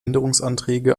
änderungsanträge